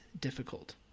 difficult